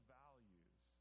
values